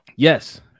Yes